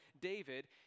David